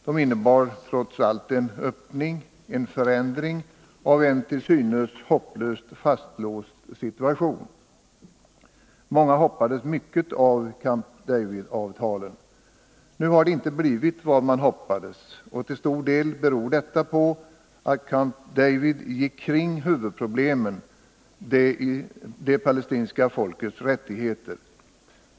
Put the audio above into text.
De innebar trots allt en öppning, en förändring av en till synes hopplöst fastlåst situation. Iviånga hoppades mycket av Camp David-avtalen. Nu har det inte blivit vad man hoppades, och till stor del beror detta på att man i Camp David gick kring huvudproblemet, det palestinska folkets rättigheter.